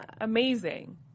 amazing